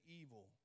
evil